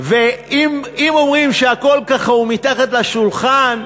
ואם אומרים שהכול מתחת לשולחן,